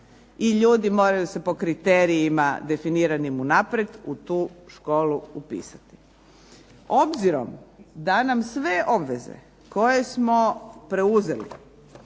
i ljudi moraju se po kriterijima definiranim unaprijed u tu školu upisati. Obzirom da nam sve obveze koje smo preuzeli